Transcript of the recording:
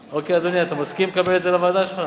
אדוני, אתה מסכים לקבל את זה לוועדה שלך?